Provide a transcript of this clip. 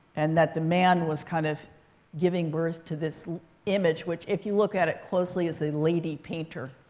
and that the man was kind of giving birth to this image. which, if you look at it closely, is a lady painter.